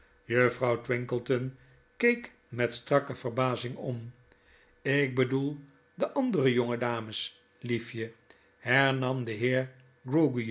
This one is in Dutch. juffrouw twinkleton kfeek met strakke verbazing om jk bedoel de andere jonge dames liefje hernam de heer